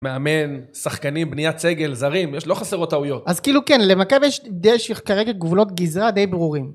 מאמן, שחקנים, בניית סגל, זרים... יש... לא חסרות טעויות. - אז, כאילו, כן, למכבי יש כרגע גבולות גזרה די ברורים